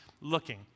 looking